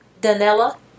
Danella